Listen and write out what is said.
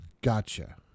Gotcha